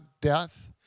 death